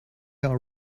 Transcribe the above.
are